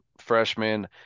freshman